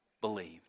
believed